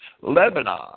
Lebanon